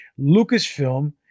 Lucasfilm